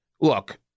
Look